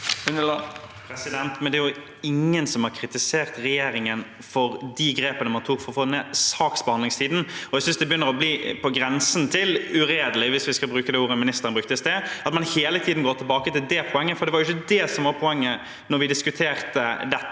Det er in- gen som har kritisert regjeringen for de grepene man tok for å få ned saksbehandlingstiden, og jeg synes det begynner å bli på grensen til uredelig, hvis vi skal bruke det ordet ministeren brukte i sted, at man hele tiden går tilbake til det poenget, for det var ikke det som var poenget da vi diskuterte dette